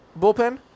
bullpen